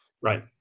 right